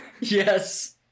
Yes